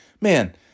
Man